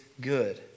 good